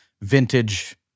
vintage